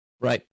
Right